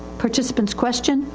participantis question.